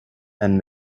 and